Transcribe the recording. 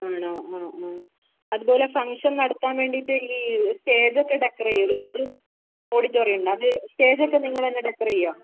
ആണോ ആ ആ അതുപോലെ ഫങ്ങ്ഷൻ നടത്താൻ വേണ്ടീട്ട് ഈ സ്റ്റേജൊക്കെ ഡെക്കറ് ചെയ്യൂലേ അതും ഓഡിറ്റോറിയം ഉണ്ടോ അത് സ്റ്റേജൊക്കെ നിങ്ങൾ തന്നെ ഡെക്കറ് ചെയുമോ